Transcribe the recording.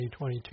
2022